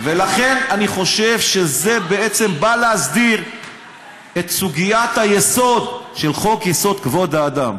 ולכן אני חושב שזה בא להסדיר את סוגיית היסוד של חוק-יסוד: כבוד האדם.